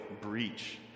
breach